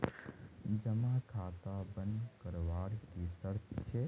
जमा खाता बन करवार की शर्त छे?